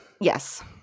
Yes